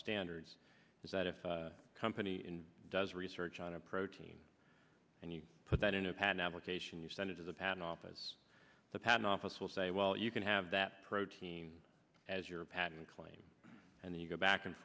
standards is that if a company in does research on a protein and you put that into a pan application you send it to the patent office the patent office will say well you can have that protein as your patent claim and then you go back and